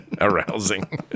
arousing